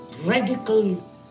radical